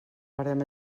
barem